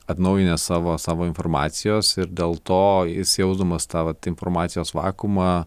atnaujinęs savo savo informacijos ir dėl to jis jausdamas tą vat informacijos vakuumą